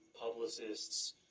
publicists